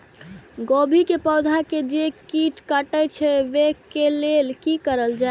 गोभी के पौधा के जे कीट कटे छे वे के लेल की करल जाय?